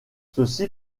ceci